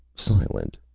silent,